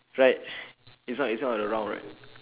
right it's not it's not uh round right